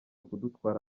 kudutwara